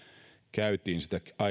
käytiin